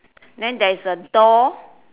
then there is a door